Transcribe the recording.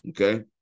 Okay